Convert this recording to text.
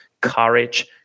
courage